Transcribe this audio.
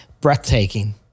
breathtaking